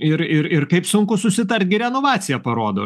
ir ir ir kaip sunku susitart gi renovacija parodo